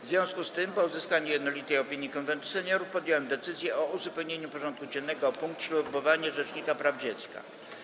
W związku z tym, po uzyskaniu jednolitej opinii Konwentu Seniorów, podjąłem decyzję o uzupełnieniu porządku dziennego o punkt: Ślubowanie rzecznika praw dziecka.